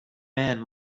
man